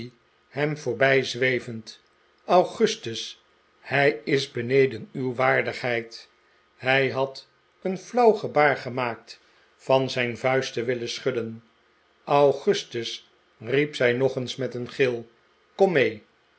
hem voorbijzwevend augustus hij is beneden uw waardigheid hij had een flauw gebaar gemaakt van zijn vuist te willen schudden augustus riep zij nog eens met een gil kom meel